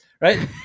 right